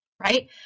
Right